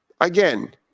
Again